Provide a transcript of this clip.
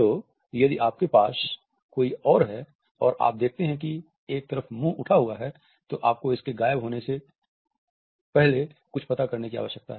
तो यदि आपके पास कोई और है और आप देखते हैं कि एक तरफ मुंह उठा हुआ है तो आपको इसके गायब होने से पहले कुछ पता करने की आवश्यकता है